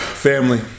Family